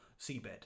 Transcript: seabed